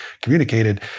communicated